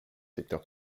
secteur